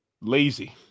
lazy